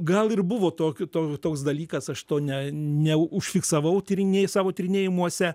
gal ir buvo tokiu to toks dalykas aš to ne neužfiksavau tyrinės savo tyrinėjimuose